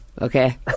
okay